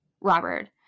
Robert